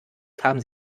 kamen